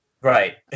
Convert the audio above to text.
Right